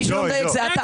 מי שלא מדייק זה אתה.